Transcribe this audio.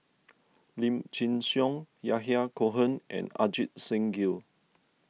Lim Chin Siong Yahya Cohen and Ajit Singh Gill